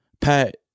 Pat